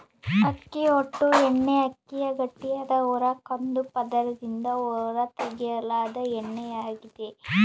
ಅಕ್ಕಿ ಹೊಟ್ಟು ಎಣ್ಣೆಅಕ್ಕಿಯ ಗಟ್ಟಿಯಾದ ಹೊರ ಕಂದು ಪದರದಿಂದ ಹೊರತೆಗೆಯಲಾದ ಎಣ್ಣೆಯಾಗಿದೆ